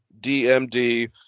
DMD